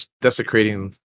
desecrating